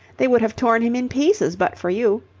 they would have torn him in pieces but for you.